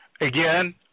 Again